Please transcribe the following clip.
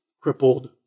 crippled